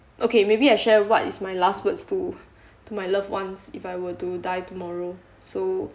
okay maybe I share what is my last words to to my loved ones if I were to die tomorrow so